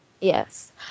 Yes